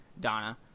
Donna